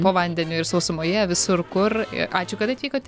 po vandeniu ir sausumoje visur kur i ačiū kad atvykote